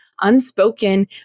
unspoken